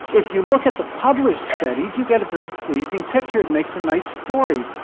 if you look at the published studies you get a very pleasing picture, it makes a nice story.